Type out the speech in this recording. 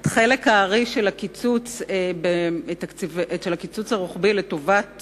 את חלק הארי של הקיצוץ הרוחבי לטובת